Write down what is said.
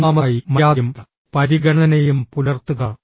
ഒന്നാമതായി മര്യാദയും പരിഗണനയും പുലർത്തുക